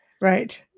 right